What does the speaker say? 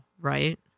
right